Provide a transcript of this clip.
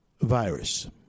virus